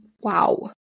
Wow